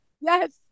yes